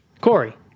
Corey